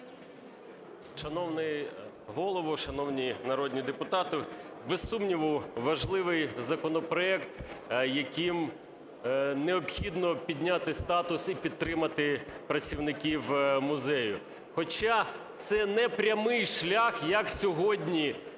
Шановний Голово, шановні народні депутати, без сумніву, важливий законопроект, яким необхідно підняти статус і підтримати працівників музею, хоча це непрямий шлях, як сьогодні